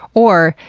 or,